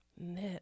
Knit